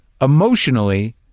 emotionally